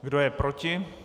Kdo je proti?